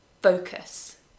focus